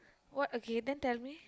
what okay then tell me